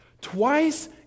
Twice